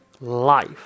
Life